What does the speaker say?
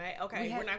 okay